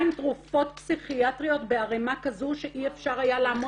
עם תרופות פסיכיאטריות בערימה כזו שאי אפשר היה לעמוד בזה.